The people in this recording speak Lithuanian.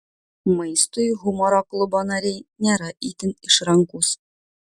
maistui humoro klubo nariai nėra itin išrankūs